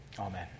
Amen